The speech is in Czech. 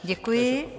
Děkuji.